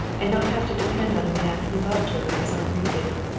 and not have to depend on a man who loved her as henri did.